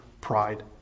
pride